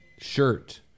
Shirt